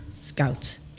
Scouts